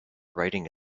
writing